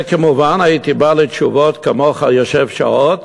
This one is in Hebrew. וכמובן, הייתי בא לתשובות כמוך, יושב שעות